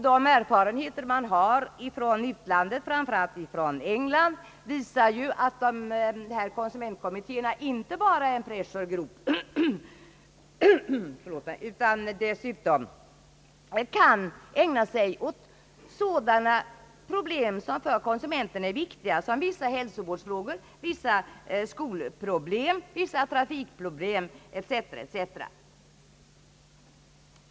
De erfarenheter man har från utlandet, framför allt från England, visar att dessa konsumentkommittéer inte bara är pressure groups utan dessutom kan ägna sig åt sådana problem som är viktiga för konsumenterna, såsom vissa hälsovårdsfrågor, vissa skolproblem, vissa trafikproblem etc.